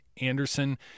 Anderson